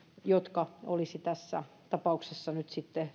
jotka tässä tapauksessa nyt sitten